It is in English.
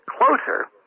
closer